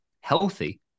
healthy